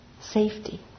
safety